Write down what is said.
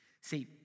See